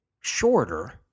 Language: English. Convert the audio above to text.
shorter